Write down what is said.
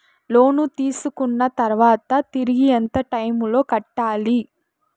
లోను తీసుకున్న తర్వాత తిరిగి ఎంత టైములో కట్టాలి